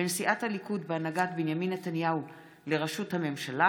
בין סיעת הליכוד בהנהגת בנימין נתניהו לראשות הממשלה